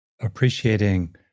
appreciating